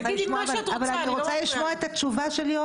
אבל אני רוצה לשמוע את התשובה של יואב.